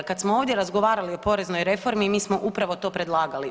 Kad smo ovdje razgovarali o poreznoj reformi, mi smo upravo to predlagali.